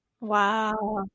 Wow